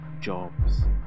jobs